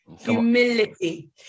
humility